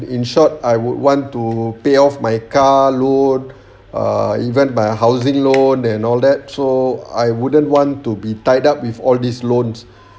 in short I would want to pay off my car loan ah even my housing loan and all that so I wouldn't want to be tied up with all these loans